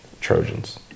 Trojans